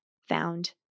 found